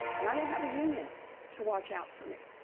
and i didn't have a union to watch out for me.